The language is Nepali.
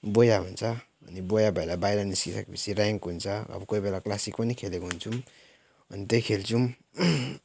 बोया हुन्छ अनि बोया भएर बाहिर निस्किसके पछि र्याङ्क हुन्छ अब कोही बेला क्लासिक पनि खेलेको हुन्छौँ अनि त्यही खेल्छौँ